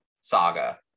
saga